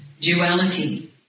duality